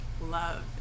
love